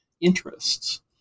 interests